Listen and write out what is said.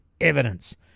evidence